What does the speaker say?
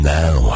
now